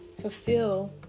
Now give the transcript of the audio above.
fulfill